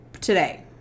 today